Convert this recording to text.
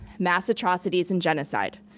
mass atrocities and genocide,